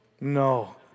No